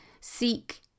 seek